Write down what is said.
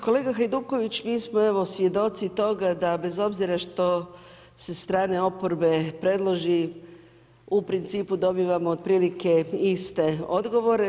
Kolega Hajduković mi smo evo svjedoci toga da bez obzira što se strane oporbe predloži, u principu dobivamo otprilike iste odgovore.